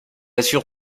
assure